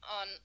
on